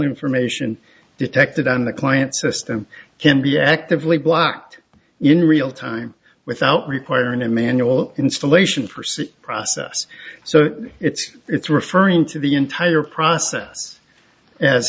information detected on the client system can be actively blocked in real time without requiring a manual installation for some process so it's it's referring to the entire process as